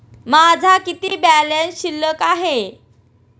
माझा किती बॅलन्स शिल्लक आहे?